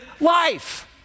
life